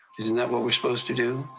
isn't that what we're supposed to do?